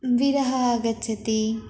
विरहः आगच्छति